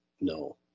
no